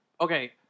Okay